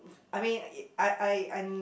I mean I I